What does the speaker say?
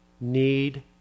need